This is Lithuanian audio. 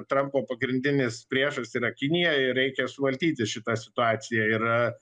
trampo pagrindinis priešas yra kinija ir reikia suvaldyti šitą situaciją ir